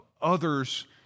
others